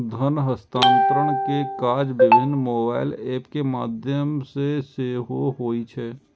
धन हस्तांतरण के काज विभिन्न मोबाइल एप के माध्यम सं सेहो होइ छै